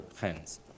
hands